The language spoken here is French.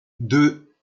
deux